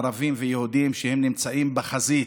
ערבים ויהודים, שנמצאים בחזית